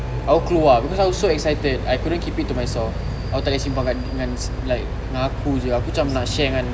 aku keluar because I was so excited I couldn't keep it to myself aku takleh simpan like dengan aku jer aku cam nak share dengan